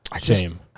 Shame